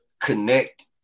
connect